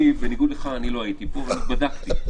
בניגוד לך, אני לא הייתי פה, ואני בדקתי.